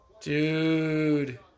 Dude